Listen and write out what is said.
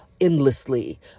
endlessly